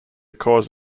cause